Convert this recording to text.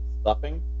stuffing